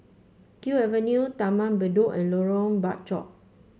Kew Avenue Taman Bedok and Lorong Bachok